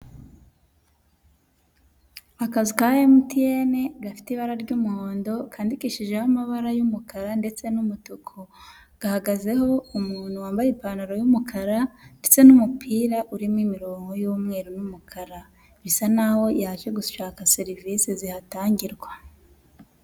Akazu ka MTN gafite ibara ry'umuhondo kandikishijeho amabara y'umukara ndetse n'umutuku, gahagazeho umuntu wambaye ipantaro y'umukara ndetse n'umupira urimo imirongo y'umweru n'umukara, bisa naho yaje gushaka serivisi zihatangirwa.